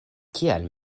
kial